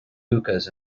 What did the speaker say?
hookahs